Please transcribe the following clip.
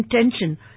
intention